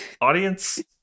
Audience